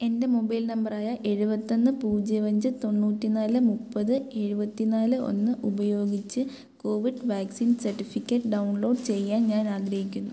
എൻ്റെ mobile number ആയ എഴുപത്തൊന്ന് പൂജ്യം അഞ്ച് തൊണ്ണൂറ്റിനാല് മുപ്പത് എഴുപത്തിനാല് ഒന്ന് ഉപയോഗിച്ച് കോവിഡ് വാക്സിൻ സർട്ടിഫിക്കറ്റ് ഡൗൺലോഡ് ചെയ്യാൻ ഞാൻ ആഗ്രഹിക്കുന്നു